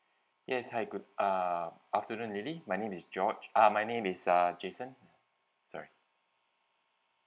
yes hi good err afternoon lily my name is george ah my name is uh jason sorry